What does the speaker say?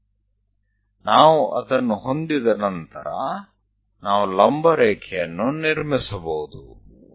એકવાર આપણી પાસે તે હશે તો આપણે એ લંબ લીટી રચી શકીશું